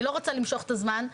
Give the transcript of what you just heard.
אני לא רוצה למשוך את הזמן.